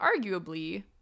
arguably